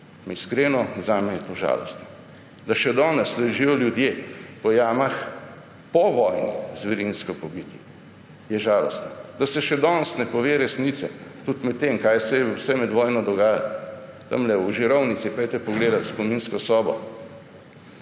Iskreno, zame je to žalostno. Da še danes ležijo ljudje po jamah, po vojni zverinsko pobiti, je žalostno. Da se še danes ne pove resnice, tudi medtem, kaj vse se je med vojno dogajalo. Tamle v Žirovnici, pojdite pogledat spominsko sobo,